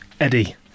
Eddie